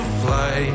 fly